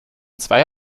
zwei